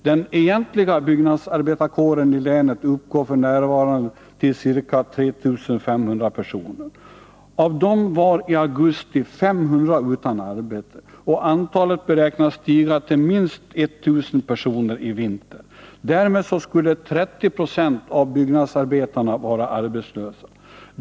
Den egentliga byggarbetskåren i länet uppgår f.n. till ca 3 500 personer. Av dessa var i augusti 500 utan arbete, och antalet beräknas stiga till minst 1000 i vinter. Därmed skulle 30 26 av byggnadsarbetarna vara arbetslösa.